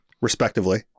respectively